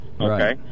okay